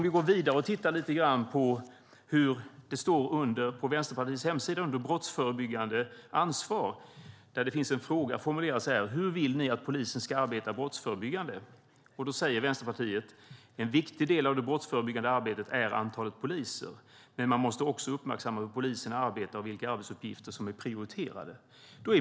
Vi går vidare och tittar lite grann på vad det står på Vänsterpartiets hemsida under rubriken "Brottsförebyggande". En fråga finns formulerad: "Hur vill ni att polisen ska arbeta brottsförebyggande?" Vänsterpartiet svarar: "En viktig del i det brottsförebyggande arbetet är antalet poliser, men man måste också uppmärksamma hur poliserna arbetar och vilka arbetsuppgifter som är prioriterade."